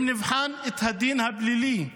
אם נבחן את הדין הפלילי,